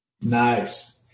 Nice